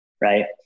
right